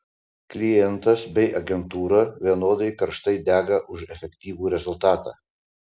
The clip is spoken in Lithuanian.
klientas bei agentūra vienodai karštai dega už efektyvų rezultatą